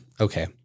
Okay